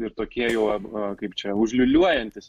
ir tokie jau kaip čia užliūliuojantis